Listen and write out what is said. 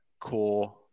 core